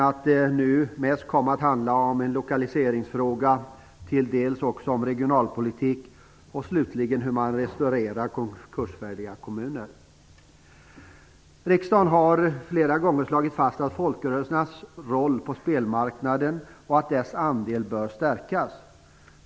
Nu har det mest blivit en lokaliseringsfråga, till viss del en regionalpolitisk fråga och slutligen en fråga om hur man restaurerar konkursfärdiga kommuner. Riksdagen har flera gånger slagit fast att folkrörelsernas roll och andel på spelmarknaden bör stärkas.